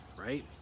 right